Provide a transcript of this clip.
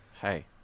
hey